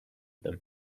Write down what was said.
them